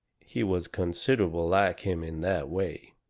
he was considerable like him in that way.